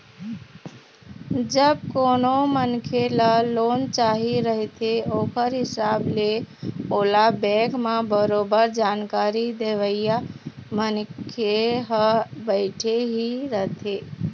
जब कोनो मनखे ल लोन चाही रहिथे ओखर हिसाब ले ओला बेंक म बरोबर जानकारी देवइया मनखे ह बइठे ही रहिथे